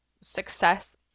success